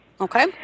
Okay